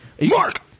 Mark